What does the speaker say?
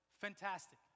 Fantastic